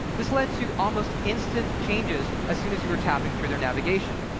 this led to almost instant changes as soon as you are tapping through their navigation.